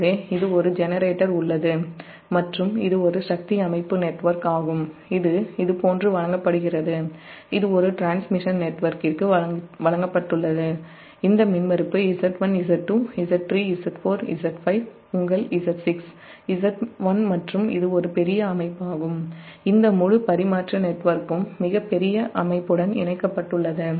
எனவே இது ஒரு ஜெனரேட்டர் உள்ளது மற்றும் இது ஒரு சக்தி அமைப்பு நெட்வொர்க் ஆகும் இதுபோன்று வழங்கப்படுகிறது இது ஒரு டிரான்ஸ்மிஷன் நெட்வொர்க்கிற்கு வழங்கப்பட்டுள்ளது இந்த மின்மறுப்பு Z1Z2 Z3 Z4 Z5 உங்கள் Z6 Z1 மற்றும் இது ஒரு பெரிய அமைப்பாகும் இந்த முழு பரிமாற்ற நெட்வொர்க்கும் மிகப் பெரிய அமைப்புடன் இணைக்கப்பட்டுள்ளது